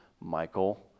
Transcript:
Michael